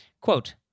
Quote